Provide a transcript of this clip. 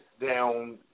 down